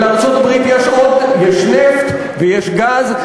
לארצות-הברית יש עוד, יש נפט ויש גז,